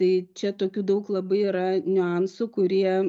tai čia tokių daug labai yra niuansų kurie